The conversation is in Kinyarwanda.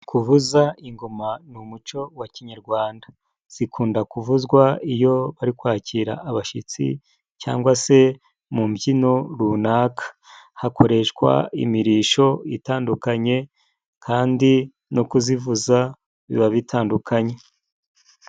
Kuvuza ingoma ni umuco wa kinyarwanda. Zikunda kuvuzwa iyo bari kwakira abashitsi cyangwa se mu mbyino runaka. Hakoreshwa imirisho itandukanye kandi no kuzivuza biba bitandukanye.